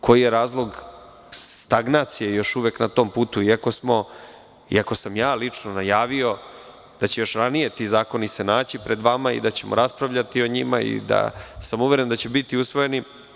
Koji je razlog stagnacije još uvek na tom putu, iako sam ja lično najavio da će se još ranije ti zakoni naći pred vama i da ćemo raspravljati o njima i da sam uveren da će biti usvojeni.